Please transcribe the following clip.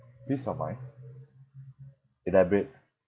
peace of mind elaborate